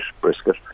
brisket